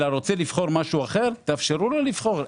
אלא רוצה לבחור משהו אחר תאפשרו לו לבחור.